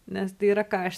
nes tai yra ką aš